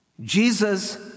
Jesus